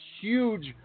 huge